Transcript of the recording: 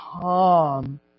calm